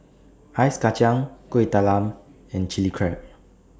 Ice Kachang Kuih Talam and Chilli Crab